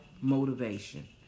motivation